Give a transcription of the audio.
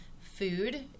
food